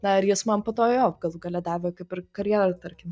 na ir jis man po to jo kad gale davė kaip ir karjerą tarkim